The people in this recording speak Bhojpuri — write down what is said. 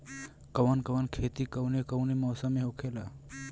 कवन कवन खेती कउने कउने मौसम में होखेला?